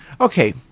Okay